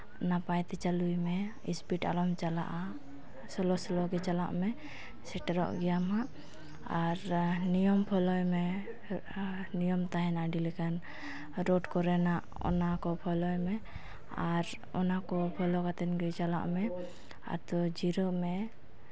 ᱱᱟᱯᱟᱭᱛᱮ ᱪᱟᱹᱞᱩᱭ ᱢᱮ ᱥᱯᱤᱰ ᱟᱞᱚᱢ ᱪᱟᱞᱟᱜᱼᱟ ᱥᱳᱞᱳ ᱜᱮ ᱪᱟᱞᱟᱜ ᱢᱮ ᱥᱮᱴᱮᱨᱚᱜ ᱜᱮᱭᱟᱢ ᱦᱟᱸᱜ ᱟᱨ ᱱᱤᱭᱚᱢ ᱯᱷᱳᱞᱳᱭ ᱢᱮ ᱱᱤᱭᱚᱢ ᱛᱟᱦᱮᱱᱟ ᱟᱹᱰᱤ ᱞᱮᱠᱟᱱ ᱨᱳᱰ ᱠᱚᱨᱮᱱᱟᱜ ᱚᱱᱟ ᱠᱚ ᱯᱷᱳᱞᱳᱭ ᱢᱮ ᱟᱨ ᱚᱱᱟᱠᱚ ᱯᱷᱳᱞᱳ ᱠᱟᱛᱮᱫ ᱜᱮ ᱪᱟᱞᱟᱜ ᱢᱮ ᱟᱨ ᱫᱩᱲᱩᱵ ᱡᱤᱨᱟᱹᱜ ᱢᱮ